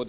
bord.